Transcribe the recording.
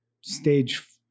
stage